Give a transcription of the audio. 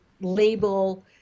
label